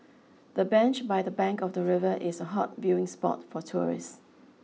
the bench by the bank of the river is a hot viewing spot for tourists